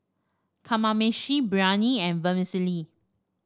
Kamameshi Biryani and Vermicelli